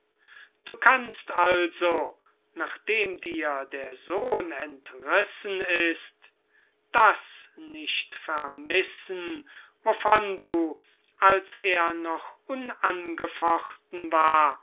du kannst also nachdem dir der sohn entrissen ist das nicht vermissen wovon du als er noch unangefochten war